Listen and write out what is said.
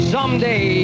Someday